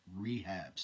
rehabs